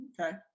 Okay